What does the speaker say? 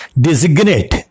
designate